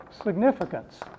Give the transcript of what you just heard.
significance